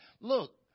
look